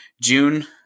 June